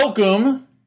Welcome